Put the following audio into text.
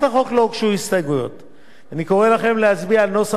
ואני קורא לכם להצביע על נוסח הצעת החוק שהגישה הוועדה,